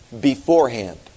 beforehand